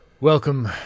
Welcome